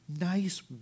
nice